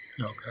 Okay